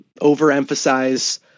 overemphasize